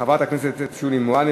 חברת הכנסת שולי מועלם,